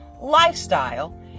lifestyle